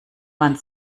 man